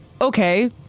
okay